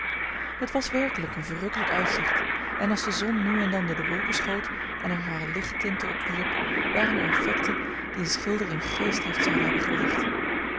het was werkelijk een verrukkelijk uitzicht en als de zon nu en dan door de wolken schoot en er hare lichttinten op wierp waren er effecten die een schilder in geestdrift zouden hebben gebracht